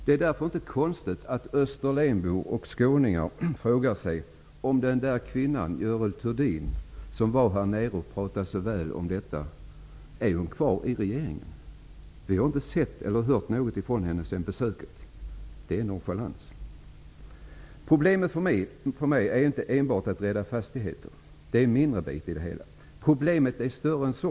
Det är inte konstigt att Österlenbor och skåningar undrar om den där kvinnan, Görel Thurdin, som var i Skåne och talade så väl, finns kvar i regeringen. De har inte hört något från henne sedan besöket. Det är nonchalant. Problemet är ju inte att rädda fastigheter; det är en mindre bit. Problemet är större än så.